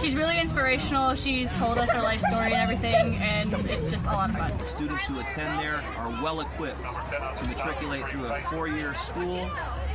she's really inspirational. she's told us her life story and everything, and it's just um um kind of students who attend there are well-equipped to matriculate through a four-year school